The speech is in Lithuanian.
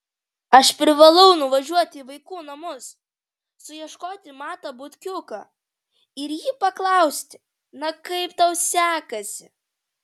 aš privalau nuvažiuoti į vaikų namus suieškoti matą butkiuką ir jį paklausti na kaip tau sekasi